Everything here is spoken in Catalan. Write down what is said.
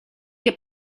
que